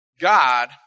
God